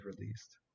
released